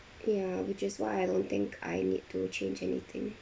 ya which is why I don't think I need to change anything